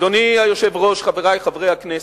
אדוני היושב-ראש, חברי חברי הכנסת,